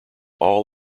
all